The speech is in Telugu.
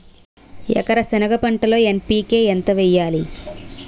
ఎకర సెనగ పంటలో ఎన్.పి.కె ఎంత వేయాలి?